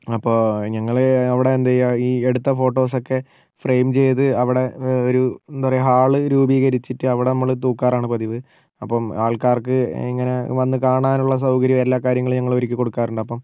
അപ്പോൾ ഞങ്ങൾ അവിടെ എന്താ ചെയ്യാ ഈ എടുത്ത ഫോട്ടോസൊക്കെ ഫ്രെയിം ചെയ്ത് അവിടെ ഒരു എന്താ പറയാ ഹാള് രൂപീകരിച്ചിട്ട് അവിടെ നമ്മൾ തൂക്കാറാണ് പതിവ് അപ്പം ആൾക്കാർക്ക് ഇങ്ങനെ വന്ന് കാണാനുള്ള സൗകര്യോം എല്ലാം കാര്യങ്ങളും ഞങ്ങൾ ഒരുക്കി കൊടുക്കാറുണ്ട് അപ്പം